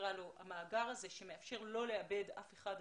את המאגר הזה שמאפשר לא לאבד אף אחד.